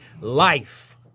life